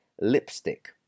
Lipstick